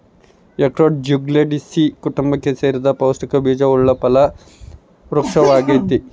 ಅಖ್ರೋಟ ಜ್ಯುಗ್ಲಂಡೇಸೀ ಕುಟುಂಬಕ್ಕೆ ಸೇರಿದ ಪೌಷ್ಟಿಕ ಬೀಜವುಳ್ಳ ಫಲ ವೃಕ್ಪವಾಗೈತಿ